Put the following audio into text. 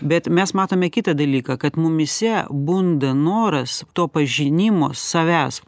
bet mes matome kitą dalyką kad mumyse bunda noras to pažinimo savęs